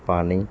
ਪਾਣੀ